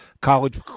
College